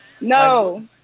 No